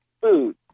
food